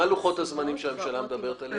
מה לוחות הזמנים שהממשלה מדברת עליהם?